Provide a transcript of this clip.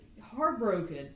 heartbroken